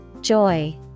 Joy